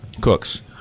cooks